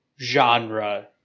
genre